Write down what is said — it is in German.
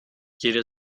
jede